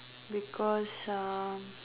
because uh